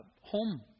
home